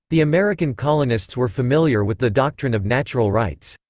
the american colonists were familiar with the doctrine of natural rights.